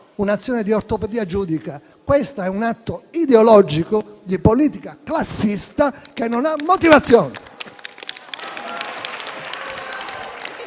un'azione di ortopedia giuridica, bensì di un atto ideologico di politica classista, che non ha motivazioni.